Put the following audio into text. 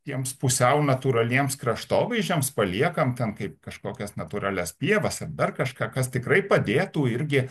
tiems pusiau natūraliems kraštovaizdžiams paliekam ten kaip kažkokias natūralias pievas ar dar kažką kas tikrai padėtų irgi